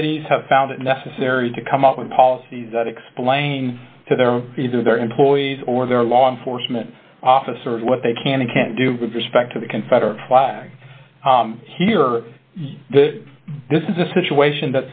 cities have found it necessary to come up with policies that explain to their own either their employees or their law enforcement officers what they can and can't do with respect to the confederate flag here this is a situation